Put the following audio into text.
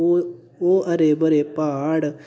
ओह् हरे भरे प्हाड़